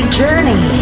journey